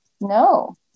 no